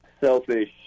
selfish